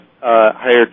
higher